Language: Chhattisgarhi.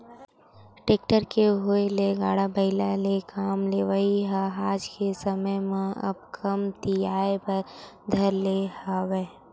टेक्टर के होय ले गाड़ा बइला ले काम लेवई ह आज के समे म अब कमतियाये बर धर ले हवय